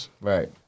right